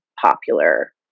popular